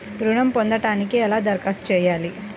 ఋణం పొందటానికి ఎలా దరఖాస్తు చేయాలి?